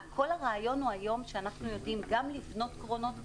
כל הרעיון היום הוא שאנחנו גם יודעים לבנות קרונות בישראל,